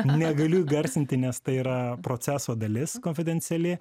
negaliu įgarsinti nes tai yra proceso dalis konfidenciali